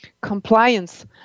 compliance